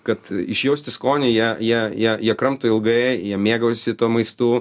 kad išjausti skonį jie jie jie jie kramto ilgai jie mėgaujasi tuo maistu